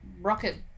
rocket